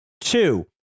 Two